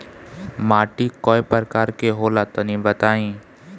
माटी कै प्रकार के होला तनि बताई?